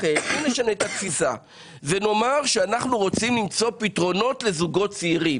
לכן אם נשנה את התפיסה ונאמר שאנחנו רוצים למצוא פתרונות לזוגות צעירים